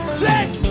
take